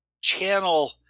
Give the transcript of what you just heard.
channel